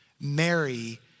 Mary